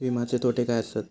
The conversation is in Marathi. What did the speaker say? विमाचे तोटे काय आसत?